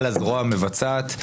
על הזרוע המבצעת.